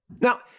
Now